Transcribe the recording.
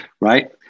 right